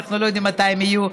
שאנחנו לא יודעים מתי הן יהיו,